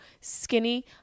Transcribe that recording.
skinny